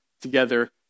together